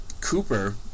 Cooper